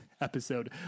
episode